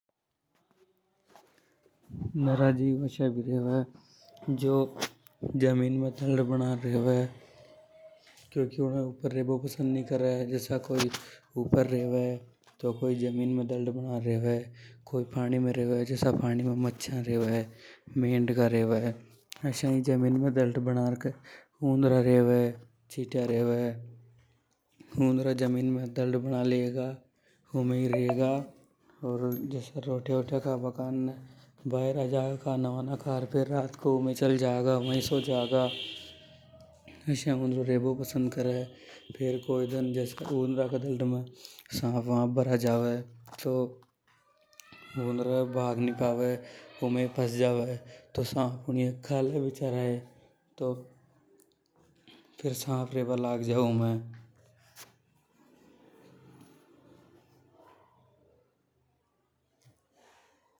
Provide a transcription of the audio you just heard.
नरा जीव अशा का भी रेवे जो ज़मीन में डल्ड बना र रेवे। क्योंकि वे ऊपर रेबो पसंद नि करे, सब तरह का ही रेवे कोई जमीन में ,तो कोई पाणी में रेवे । जसा पाणी में मच्छा रेवे, मेंढ़का रेवे। असाई ऊंद्रा जमीन में डल्ड बनार रेवे, चींटियां रेवे। रोटियां बोटियां खाना कारने बायर आ जागा। रोटियां खार के रात को फेर उमें ई चल जागा, उमई सो जगा। ऊंद्रा असा ई रेबो पसंद करे, फेर कोई दन अंद्रा का डल्ड में सांप वाप भरा जावे। तू ऊंद्रा भाग नि पावे उमई फंस जावे, ऊन्द्रा ये सांप खा जावे । तो फेर सांप रेबा लाग जावे उमे।